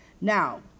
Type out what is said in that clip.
Now